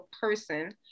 person